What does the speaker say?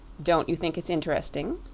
don't you think it's interesting?